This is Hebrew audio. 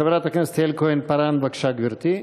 חברת הכנסת יעל כהן-פארן, בבקשה, גברתי.